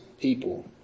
people